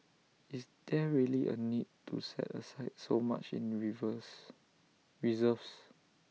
is there really A need to set aside so much in reserves